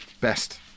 Best